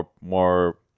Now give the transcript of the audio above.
more